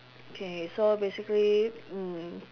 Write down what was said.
okay so basically mm